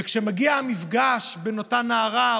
וכשמגיע המפגש בין אותה נערה,